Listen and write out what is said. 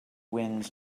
winds